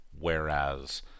whereas